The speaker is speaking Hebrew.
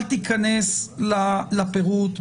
אל תיכנס לפירוט,